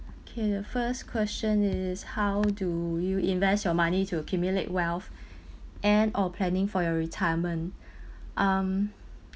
okay the first question is how do you invest your money to accumulate wealth and or planning for your retirement um